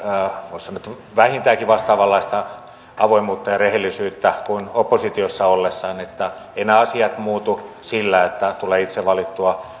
voisi sanoa vähintäänkin vastaavanlaista avoimuutta ja rehellisyyttä kuin oppositiossa ollessaan eivät nämä asiat muutu sillä että tulee itse